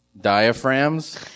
diaphragms